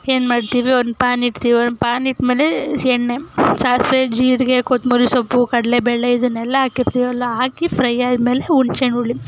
ಏನು ಮಾಡ್ತೀವಿ ಒಂದು ಪ್ಯಾನ್ ಇಡ್ತೀವಿ ಒಂದು ಪ್ಯಾನ್ ಇಟ್ಟಮೇಲೆ ಎಣ್ಣೆ ಸಾಸಿವೆ ಜೀರಿಗೆ ಕೊತ್ತಂಬ್ರಿ ಸೊಪ್ಪು ಕಡಲೇಬೇಳೆ ಇದನ್ನೆಲ್ಲ ಹಾಕಿರ್ತೀವಲ್ಲ ಹಾಕಿ ಫ್ರೈ ಆದಮೇಲೆ ಹುಣ್ಸೇಹಣ್ಣು ಹುಳಿ